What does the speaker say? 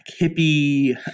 hippie